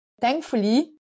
thankfully